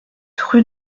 rue